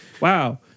Wow